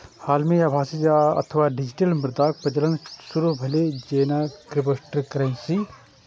हाल मे आभासी अथवा डिजिटल मुद्राक प्रचलन शुरू भेलै, जेना क्रिप्टोकरेंसी